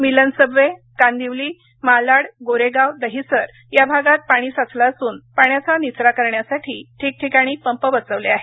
मिलन subway Kandivali Malad Goregaon Dahisar या भागात पाणी साचलं असून पाण्याचा निचरा करण्यासाठी ठिकठिकाणी पंप बसविले आहेत